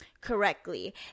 correctly